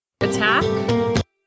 attack